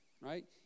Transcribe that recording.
right